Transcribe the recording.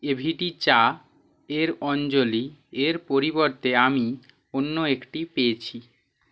AVT চা এর অঞ্জলি এর পরিবর্তে আমি অন্য একটি পেয়েছি